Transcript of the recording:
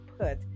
put